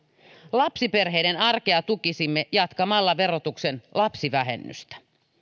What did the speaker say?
lapsiperheiden arkea tukisimme jatkamalla verotuksen lapsivähennystä